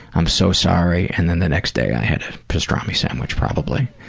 i'm so sorry, and then the next day i had a pastrami sandwich, probably.